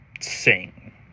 sing